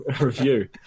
review